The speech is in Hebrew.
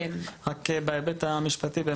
בהיבט המשפטי,